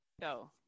Go